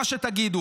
מה שתגידו,